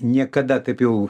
niekada taip jau